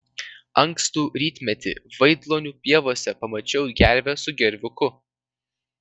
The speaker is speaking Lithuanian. ankstų rytmetį vaidlonių pievose pamačiau gervę su gerviuku